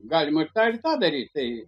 galim ir tą ir tą daryt tai